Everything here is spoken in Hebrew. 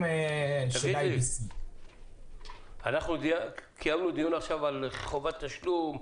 של ISP. קיימנו עכשיו דיון על חובת תשלום,